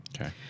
Okay